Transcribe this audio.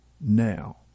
now